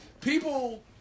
people